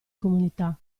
comunità